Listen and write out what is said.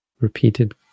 repeated